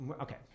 Okay